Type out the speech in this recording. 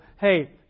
hey